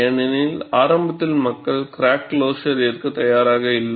ஏனெனில் ஆரம்பத்தில் மக்கள் கிராக் கிளோஸர் ஏற்கத் தயாராக இல்லை